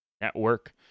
Network